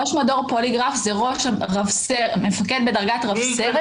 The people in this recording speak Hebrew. ראש מדור פוליגרף הוא מפקד בדרגת רב-סרן